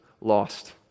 lost